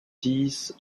dix